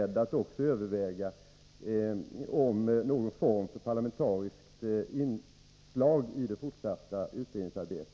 Det tycker jag är beklagligt.